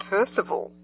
Percival